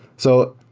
so,